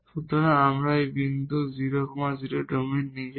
সুতরাং আমরা এই বিন্দু 0 0 ডোমেইন নিজেই